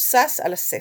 מבוסס על הספר.